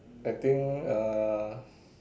I think uh